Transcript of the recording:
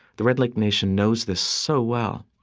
the red lake nation, knows this so well.